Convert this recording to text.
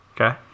okay